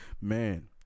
Man